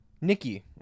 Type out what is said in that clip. Nikki